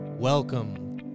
Welcome